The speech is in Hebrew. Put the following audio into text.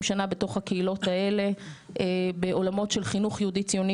שנה בתוך הקהילות האלה בעולמות של חינוך יהודי-ציוני